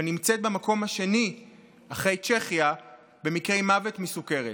והיא נמצאת במקום השני אחרי צ'כיה במקרי מוות מסוכרת.